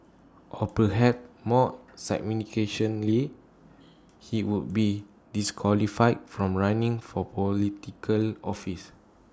or perhaps more he would be disqualified from running for Political office